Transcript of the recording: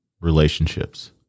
relationships